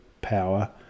power